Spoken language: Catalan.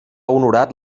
honorat